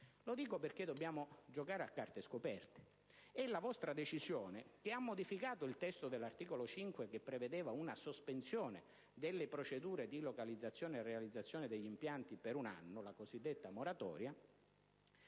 questo, perché dobbiamo giocare a carte scoperte. La vostra decisione, che ha modificato il testo dell'articolo 5 che prevedeva una sospensione delle procedure di localizzazione e realizzazione degli impianti per un anno, la cosiddetta moratoria,